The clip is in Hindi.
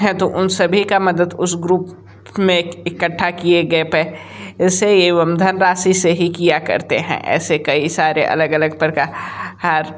हैं तो उन सभी का मदद उस ग्रुप में इकट्ठा किए गए पैसे ऐसे एवं धनराशि से ही किया करते हैं ऐसे कई सारे अलग अलग प्रकार